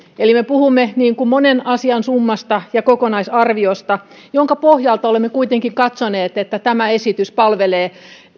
eli me puhumme monen asian summasta ja kokonaisarviosta jonka pohjalta olemme kuitenkin katsoneet että tämä esitys palvelee